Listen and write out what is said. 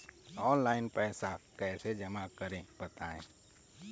Online पैसा कैसे जमा करें बताएँ?